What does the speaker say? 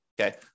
Okay